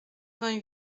vingt